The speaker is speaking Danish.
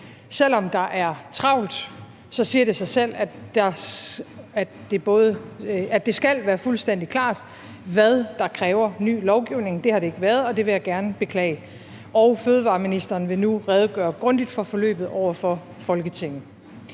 Selv om der er travlt, siger det sig selv, at det skal være fuldstændig klart, hvad der kræver ny lovgivning. Det har det ikke været, og det vil jeg gerne beklage. Og fødevareministeren vil nu redegøre grundigt for forløbet over for Folketinget.